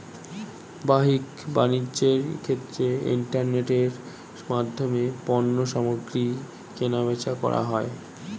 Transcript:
বাহ্যিক বাণিজ্যের ক্ষেত্রে ইন্টারনেটের মাধ্যমে পণ্যসামগ্রী কেনাবেচা করা হয়